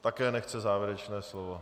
Také nechce závěrečné slovo.